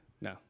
No